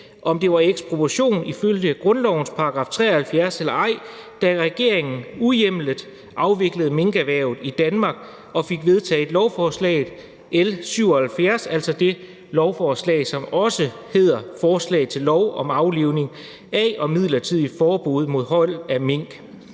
om det var ekspropriation ifølge grundlovens § 73 eller ej, da regeringen uhjemlet afviklede minkerhvervet i Danmark og fik vedtaget lovforslag nr. L 77, altså det lovforslag, som også hedder »Forslag til lov om aflivning af og midlertidigt forbud mod hold af mink.«